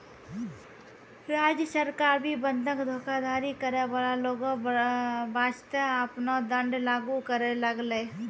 राज्य सरकार भी बंधक धोखाधड़ी करै बाला लोगो बासतें आपनो दंड लागू करै लागलै